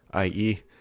IE